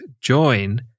join